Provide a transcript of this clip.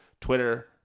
Twitter